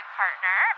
partner